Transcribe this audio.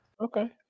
Okay